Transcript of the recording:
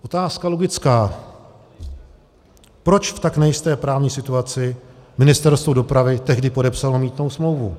Otázka logická proč v tak nejisté právní situaci Ministerstvo dopravy tehdy podepsalo mýtnou smlouvu.